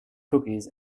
cookies